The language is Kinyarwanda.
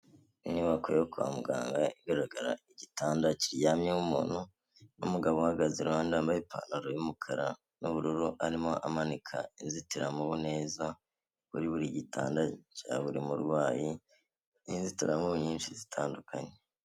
Inyubako yo kwa muganga igaragara igitanda kiryamyemo umuntu n'umugabo uhagaze iruhande, wambaye ipantaro y'umukara n'ubururu, arimo amanika inzitiramubu neza kuri buri gitanda cya buri murwayi n'inzitiramubu nyinshi zitandukanye.